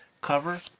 cover